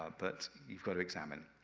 ah but you've got to examine.